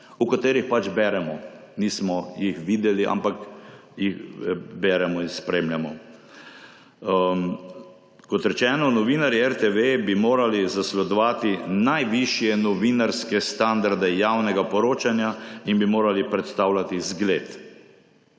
o katerih pač beremo, nismo jih videli, ampak jih beremo in spremljamo. Kot rečeno, novinarji RTV bi morali zasledovati najvišje novinarske standarde javnega poročanja in bi morali predstavljati zgled.